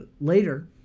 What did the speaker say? later